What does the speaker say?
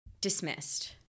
dismissed